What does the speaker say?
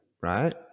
right